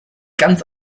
ganz